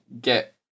get